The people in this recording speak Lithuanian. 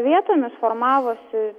vietomis formavosi